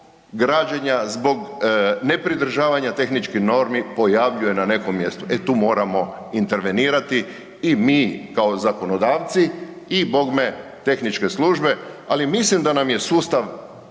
građenja, zbog nepridržavanja tehničkih normi pojavljuje na nekom mjestu, e tu moramo intervenirati i mi kao zakonodavci i bogme tehničke službe, ali mislim da nam je sustav